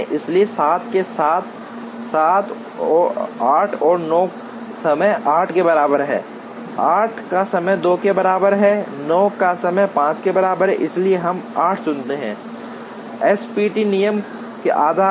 इसलिए 7 के साथ 7 8 और 9 का समय 8 के बराबर है 8 का समय 2 के बराबर है 9 का समय 5 के बराबर है इसलिए हम 8 चुनते हैं एसपीटी नियम के आधार पर